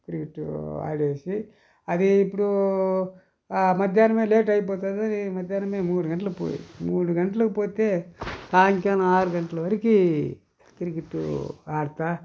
cricket ఆడేసి అది ఇప్పుడు మధ్యాహ్నమే లేట్ అయిపోతుందని మధ్యాహ్నమే మూడు గంటలకి పోయి మూడు గంటలకు పోతే సాయంకాలం ఆరు గంటల వరకు క్రికెట్ ఆడతా